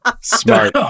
Smart